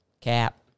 Cap